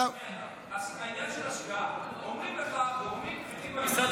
עניין של השקעה: אומרים לך גורמים בכירים במשרד